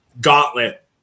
gauntlet